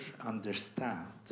understand